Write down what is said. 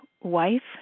wife